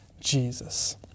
Jesus